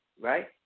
right